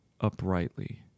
uprightly